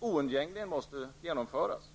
oundgängligen måste genomföras.